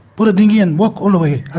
pull the dinghy and walk all the way,